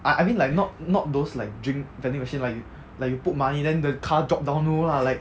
I I mean like not not those like drink vending machine like like you put money then the car drop down no lah like